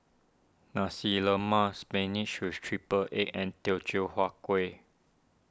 Nasi Lemak Spinach with Triple Egg and Teochew Huat Kuih